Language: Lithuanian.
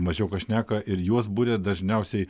mažiau ką šneka ir juos buria dažniausiai